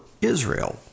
Israel